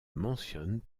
mentionne